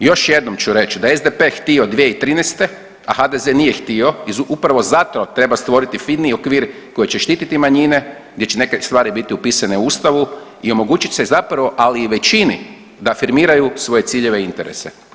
Još jednom ću reći da je SDP htio 2013., a HDZ nije htio iz upravo zato treba stvoriti finiji okvir koji će štiti manjine, gdje će neke stvari biti upisane u Ustavu i omogućit će zapravo ali i većini da afirmiraju svoje ciljeve i interese.